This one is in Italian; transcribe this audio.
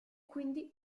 quindi